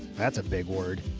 that's a big word.